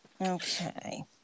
Okay